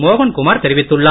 மோகன்குமார் தெரிவித்துள்ளார்